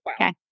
Okay